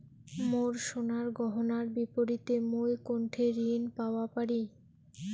মোর সোনার গয়নার বিপরীতে মুই কোনঠে ঋণ পাওয়া পারি?